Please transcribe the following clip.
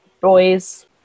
boys